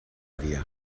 via